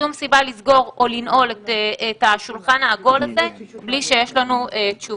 שום סיבה לסגור או לנעול את השולחן העגול הזה בלי שיש לנו תשובות.